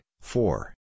four